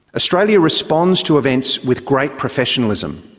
australia responds to events with great professionalism.